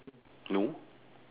no